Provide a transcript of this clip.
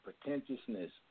pretentiousness